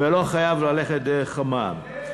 ולא חייבים ללכת דרך המע"מ.